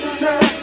time